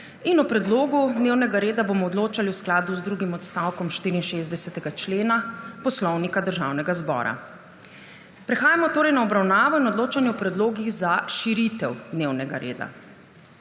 O predlogu dnevnega reda bomo odločali v skladu z drugim odstavkom 64. člena Poslovnika Državnega zbora. Prehajamo na obravnavo in odločanje o predlogih za širitev dnevnega reda.